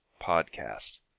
podcast